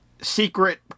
secret